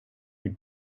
you